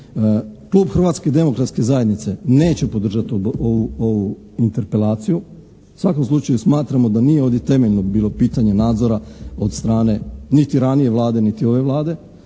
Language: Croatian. Klub Hrvatske demokratske zajednice neće podržati ovu interpelaciju. U svakom slučaju smatramo da nije ovdje temeljno bilo pitanje nadzora od strane niti ranije Vlade, niti ove Vlade,